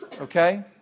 okay